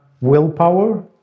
willpower